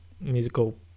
Musical